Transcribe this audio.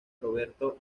roberto